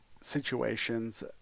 situations